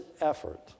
effort